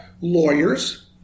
lawyers